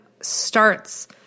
starts